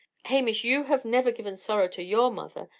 hamish, you have never given sorrow to your mother!